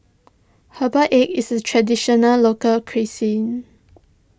Herbal Egg is a Traditional Local Cuisine